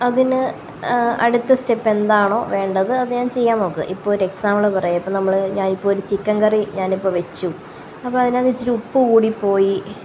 അതിന് അടുത്ത സ്റ്റെപ്പെന്താണോ വേണ്ടത് അതു ഞാൻ ചെയ്യാന് നോക്കും ഇപ്പോൾ ഒരു എക്സാംമ്പിള് പറയാം ഇപ്പം നമ്മൾ ഞാനിപ്പോൾ ഒരു ചിക്കൻ കറി ഞാനിപ്പോൾ വച്ചു അപ്പോൾ അതിനകത്ത് ഇച്ചിരി ഉപ്പ് കൂടിപ്പോയി